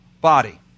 body